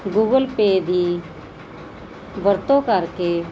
Google Pay ਦੀ ਵਰਤੋਂ ਕਰਕੇ